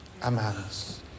amados